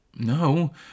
No